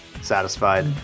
satisfied